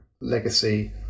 legacy